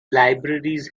libraries